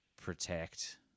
protect